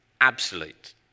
absolute